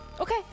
Okay